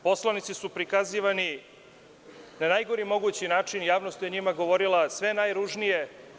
Poslanici su prikazivani na najgori mogući način i javnost je o njima govorila sve najružnije.